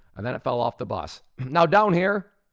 and then it fell off the bus. now down here,